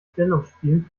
stellungsspiel